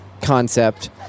concept